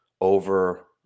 over